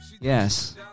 Yes